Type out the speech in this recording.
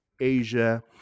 Asia